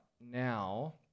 now